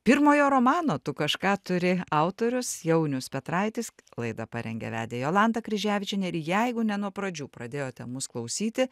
pirmojo romano tu kažką turi autorius jaunius petraitis laidą parengė vedė jolanta kryževičienė ir jeigu ne nuo pradžių pradėjote mus klausyti